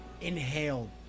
inhale